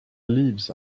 leaves